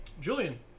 Julian